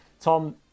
Tom